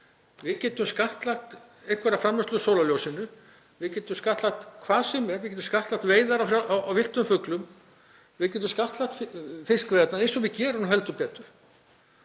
Við getum skattlagt einhverja framleiðslu úr sólarljósinu. Við getum skattlagt hvað sem er. Við getum skattlagt veiðar á villtum fuglum. Við getum skattlagt fiskveiðarnar, eins og við gerum nú heldur betur.